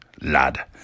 lad